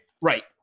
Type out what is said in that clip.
Right